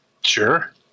Sure